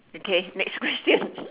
okay next question